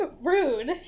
Rude